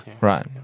right